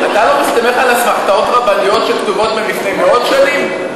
אתה לא מסתמך על אסמכתאות רבניות שכתובות לפני מאות שנים?